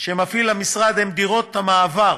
שמפעיל המשרד היא דירות מעבר.